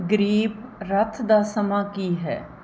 ਗਰੀਬ ਰਥ ਦਾ ਸਮਾਂ ਕੀ ਹੈ